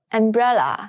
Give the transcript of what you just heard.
umbrella